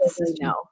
no